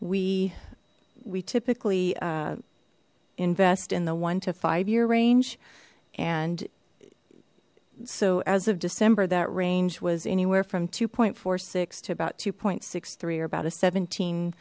we we typically invest in the one to five year range and so as of december that range was anywhere from two point four six to about two point six three or about